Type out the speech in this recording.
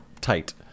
tight